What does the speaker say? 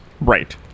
Right